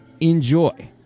Enjoy